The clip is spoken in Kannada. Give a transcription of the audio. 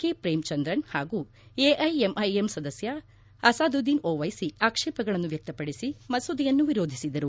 ಕೆಪ್ರೇಮ ಚಂದ್ರನ್ ಹಾಗೂ ಎಐಎಂಐಎಂ ಸದಸ್ವ ಅಸಾದುದ್ದೀನ್ ಓವೈಸಿ ಆಕ್ಷೇಪಗಳನ್ನು ವ್ಯಕ್ತಪಡಿಸಿ ಮಸೂದೆಯನ್ನು ವಿರೋಧಿಸಿದರು